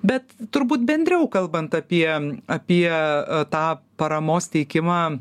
bet turbūt bendriau kalbant apie apie tą paramos teikimą